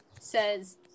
says